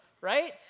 right